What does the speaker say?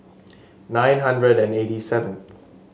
nine hundred and eighty seven